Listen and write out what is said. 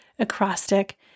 acrostic